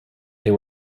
they